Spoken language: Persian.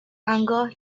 آنگاه